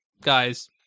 guys